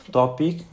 topic